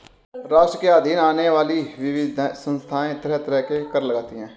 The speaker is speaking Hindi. राष्ट्र के अधीन आने वाली विविध संस्थाएँ तरह तरह के कर लगातीं हैं